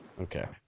Okay